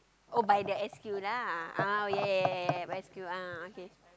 oh by the S Q lah ah ya ya ya ya S_Q ah okay